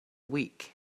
week